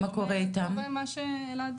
היום קורה מה שכתוב בצו.